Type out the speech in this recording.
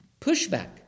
Pushback